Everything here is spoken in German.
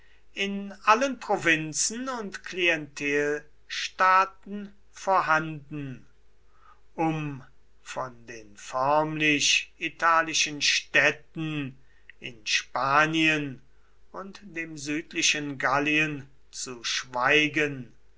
in allen provinzen und klientelstaaten vorhanden um von den förmlich italischen städten in spanien und dem südlichen gallien zu schweigen